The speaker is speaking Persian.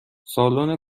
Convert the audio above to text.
سالن